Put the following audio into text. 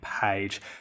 page